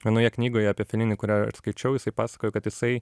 vienoje knygoje apie felinį kurią skaičiau jisai pasakojo kad jisai